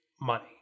money